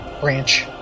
branch